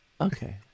Okay